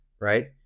right